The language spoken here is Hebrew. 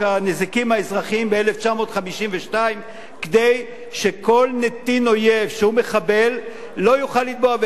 הנזיקים האזרחיים ב-1952 כדי שכל נתין אויב שהוא מחבל לא יוכל לתבוע.